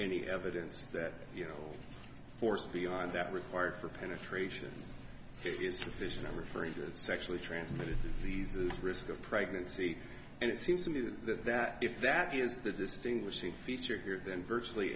any evidence that you know forced beyond that required for penetration is sufficient i'm referring to the sexually transmitted diseases risk of pregnancy and it seems to me to that that if that is the distinguishing feature here then virtually